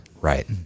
Right